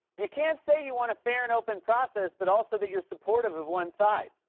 you can't say you want a fair and open process but also that you're supportive of one side.